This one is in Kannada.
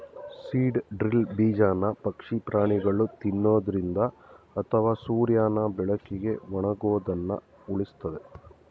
ಸೀಡ್ ಡ್ರಿಲ್ ಬೀಜನ ಪಕ್ಷಿ ಪ್ರಾಣಿಗಳು ತಿನ್ನೊದ್ರಿಂದ ಅಥವಾ ಸೂರ್ಯನ ಬೆಳಕಿಗೆ ಒಣಗೋದನ್ನ ಉಳಿಸ್ತದೆ